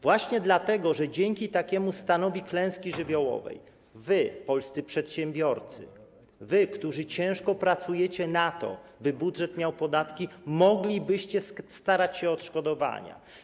Właśnie dlatego, że dzięki takiemu stanowi klęski żywiołowej wy, polscy przedsiębiorcy, wy, którzy ciężko pracujecie na to, by budżet miał podatki, moglibyście starać się o odszkodowania.